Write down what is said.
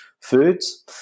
foods